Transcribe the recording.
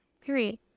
Period